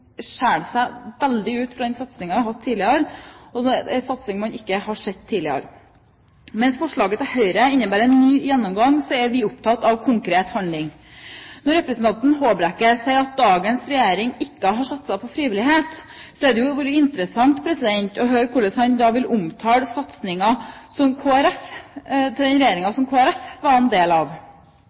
seg veldig ut fra den satsingen man har hatt tidligere. Det er en satsing man ikke har sett tidligere. Mens forslaget fra Høyre innebærer en ny gjennomgang, er vi opptatt av konkret handling. Når representanten Håbrekke sier at dagens regjering ikke har satset på frivillighet, hadde det vært interessant å høre hvordan han vil omtale satsingen til den regjeringen som Kristelig Folkeparti var en del av.